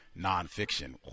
nonfiction